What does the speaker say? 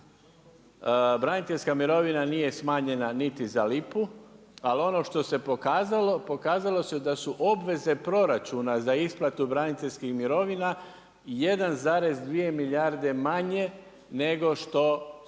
braniteljska mirovina nije smanjena niti za lipu ali ono što se pokazalo, pokazalo se da su obveze proračuna za isplatu braniteljskih mirovina 1,2 milijarde manje nego što su